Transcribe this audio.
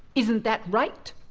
isn't that right,